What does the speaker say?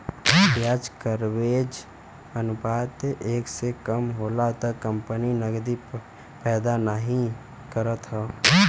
ब्याज कवरेज अनुपात एक से कम होला त कंपनी नकदी पैदा नाहीं करत हौ